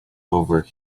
over